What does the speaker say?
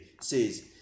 says